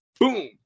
Boom